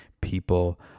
people